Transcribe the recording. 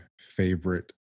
favorite